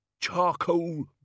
charcoal